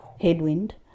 headwind